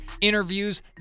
interviews